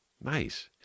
nice